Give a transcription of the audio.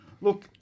look